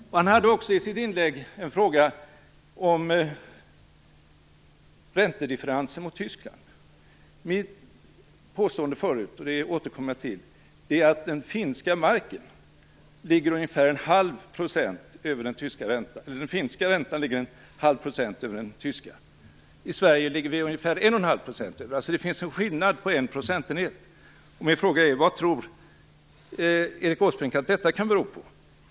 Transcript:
Erik Åsbrink ställde också i sitt inlägg en fråga om räntedifferensen mot Tyskland. Mitt påstående, som jag nu återkommer till, är att den finska räntan ligger ungefär en halv procent över den tyska. I Sverige ligger vi ungefär en och en halv procent över. Det finns alltså en skillnad på en procentenhet. Min fråga är: Vad tror Erik Åsbrink att detta kan bero på?